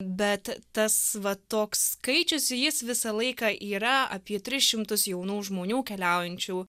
bet tas va toks skaičius jis visą laiką yra apie tris šimtus jaunų žmonių keliaujančių